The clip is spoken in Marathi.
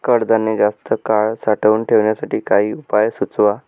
कडधान्य जास्त काळ साठवून ठेवण्यासाठी काही उपाय सुचवा?